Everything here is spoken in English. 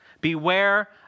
Beware